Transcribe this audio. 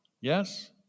Yes